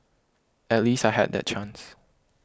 at least I had that chance